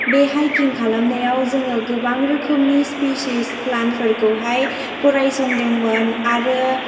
बे हाइकिं खालामनायाव जोङो गोबां रोखोमनि स्पिसिस प्लानफोरखौहाय फरायसंदोंमोन आरो